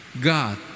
God